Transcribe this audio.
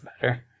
better